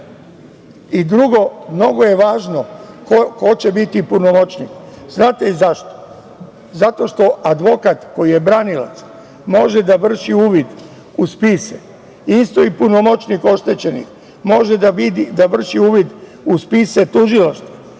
onlajn. Drugo, mnogo je važno ko će biti punomoćnik zato što advokat koji je branilac može da vrši uvid u spise. Isto i punomoćnik oštećenih može da vrši uvid u spise tužilaštva